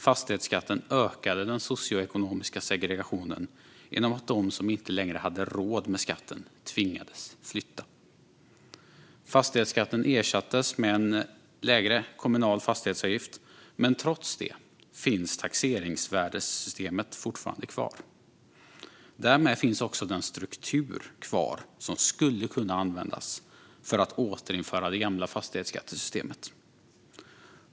Fastighetsskatten ökade den socioekonomiska segregationen genom att de som inte längre hade råd med skatten tvingades flytta. Fastighetsskatten ersattes med en lägre kommunal fastighetsavgift, men trots det finns taxeringsvärdessystemet fortfarande kvar. Därmed finns också den struktur kvar som skulle kunna användas för att återinföra det gamla fastighetsskattesystemet.